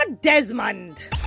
Desmond